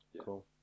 cool